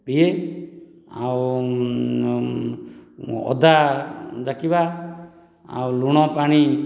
ପିଏ ଆଉ ଅଦା ଯାକିବା ଆଉ ଲୁଣ ପାଣି